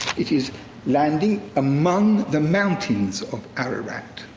it is landing among the mountains of ararat.